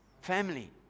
Family